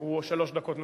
הוא שלוש דקות נוספות.